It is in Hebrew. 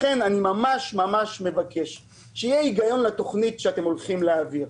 לכן אני ממש מבקש שיהיה היגיון בתוכנית שאתם הולכים להעביר.